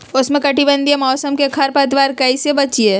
उष्णकटिबंधीय मौसम में खरपतवार से कैसे बचिये?